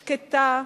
שקטה,